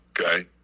okay